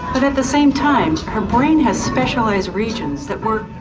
but at the same time her brain has specialised regions that work.